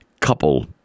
couple